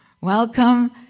Welcome